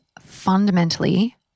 fundamentally